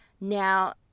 Now